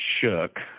shook